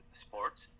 sports